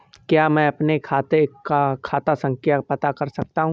क्या मैं अपने खाते का खाता संख्या पता कर सकता हूँ?